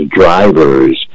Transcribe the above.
drivers